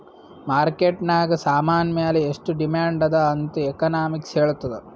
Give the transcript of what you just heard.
market ನಾಗ್ ಸಾಮಾನ್ ಮ್ಯಾಲ ಎಷ್ಟು ಡಿಮ್ಯಾಂಡ್ ಅದಾ ಅಂತ್ ಎಕನಾಮಿಕ್ಸ್ ಹೆಳ್ತುದ್